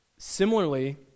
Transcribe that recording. Similarly